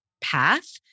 path